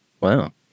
Wow